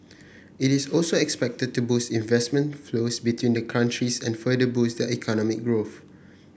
it is also expected to boost investment flows between the countries and further boost their economic growth